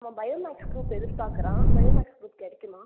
அவன் bio maths group எதிர்பார்க்குறான் bio maths group கிடைக்குமா